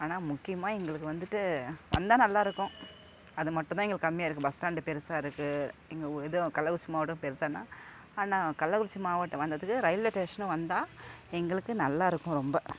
ஆனால் முக்கியமாக எங்களுக்கு வந்துவிட்டு வந்தால் நல்லாயிருக்கும் அது மட்டும் தான் எங்களுக்கு கம்மியாக இருக்குது பஸ் ஸ்டாண்டு பெருசாக இருக்குது எங்கள் ஊ இதுவும் கள்ளக்குறிச்சி மாவட்டமும் பெருசானால் ஆனால் கள்ளக்குறிச்சி மாவட்டம் வந்ததுக்கு ரயில்வே ஸ்டேஷனும் வந்தால் எங்களுக்கு நல்லாயிருக்கும் ரொம்ப